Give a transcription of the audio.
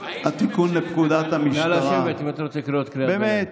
התיקון לפקודת המשטרה, באמת,